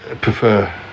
prefer